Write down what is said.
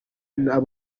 ryo